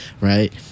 right